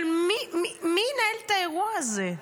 אבל מי ינהל את האירוע הזה?